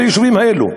ביישובים האלה,